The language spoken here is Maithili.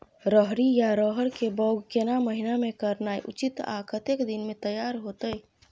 रहरि या रहर के बौग केना महीना में करनाई उचित आ कतेक दिन में तैयार होतय?